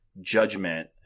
judgment